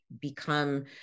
become